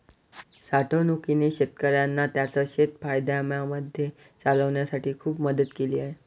साठवणूकीने शेतकऱ्यांना त्यांचं शेत फायद्यामध्ये चालवण्यासाठी खूप मदत केली आहे